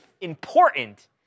important